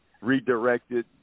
redirected